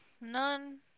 None